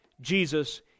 Jesus